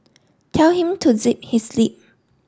tell him to zip his lip